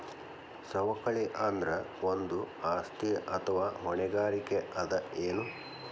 ಸವಕಳಿ ಅಂದ್ರ ಒಂದು ಆಸ್ತಿ ಅಥವಾ ಹೊಣೆಗಾರಿಕೆ ಅದ ಎನು?